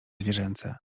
zwierzęce